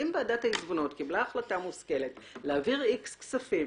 אם ועדת העיזבונות קיבלה החלטה מושכלת להעביר סכום מסוים